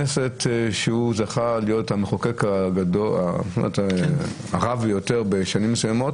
הכנסת המציעות לאחר השיג והשיח עם משרד המשפטים.